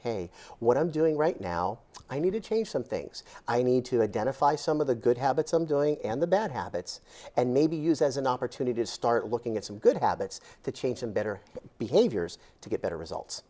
hey what i'm doing right now i need to change some things i need to identify some of the good habits i'm doing and the bad habits and maybe use as an opportunity to start looking at some good habits to change and better behaviors to get better results